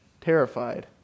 terrified